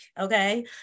okay